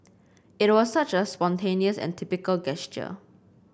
it was such a spontaneous and typical gesture